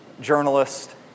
journalist